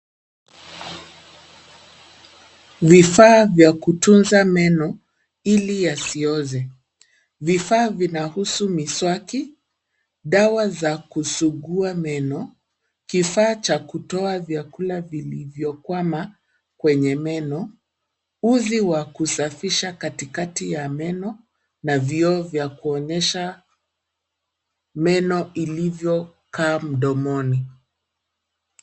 Vifaa vya kutunza meno ili yasioze. Vifaa vinahusu miswaki, dawa za kusugua meno, kifaa cha kutoa vyakula vilivyokwama kwenye meno, uzi wa kusafisha katikati ya meno na vioo vya kuonyesha meno ilivyokaa mdomoni.